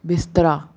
ਬਿਸਤਰਾ